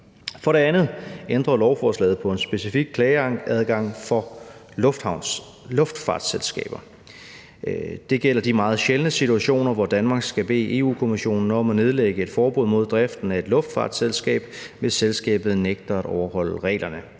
For det andet ændrer lovforslaget på en specifik klageadgang for luftfartsselskaber. Det gælder de meget sjældne situationer, hvor Danmark skal bede Europa-Kommissionen om at nedlægge et forbud mod driften af et luftfartsselskab, hvis selskabet nægter at overholde reglerne.